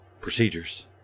procedures